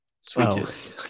Sweetest